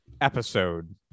episode